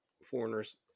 foreigners